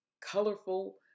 colorful